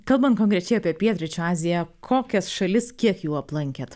kalbant konkrečiai apie pietryčių aziją kokias šalis kiek jų aplankėt